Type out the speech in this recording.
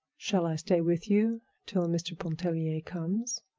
shall i stay with you till mr. pontellier comes?